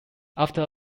after